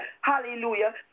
Hallelujah